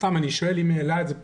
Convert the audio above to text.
סתם אני שואל, אבל